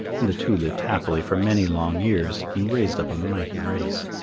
and the two lived happily for many long years, and raised up a mighty race.